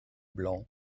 blanc